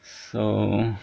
so